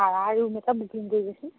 ভাড়া ৰুম এটা বুকিং কৰিবচোন